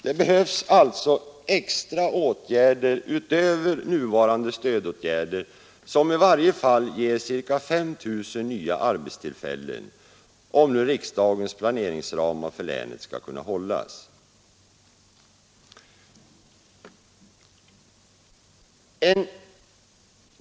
Det behövs alltså extra åtgärder utöver nuvarande stödåtgärder, som i varje fall ger ca 5 000 nya arbetstillfällen, om nu riksdagens planeringsramar för länet skall kunna hållas.